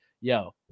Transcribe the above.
yo